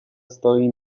stoi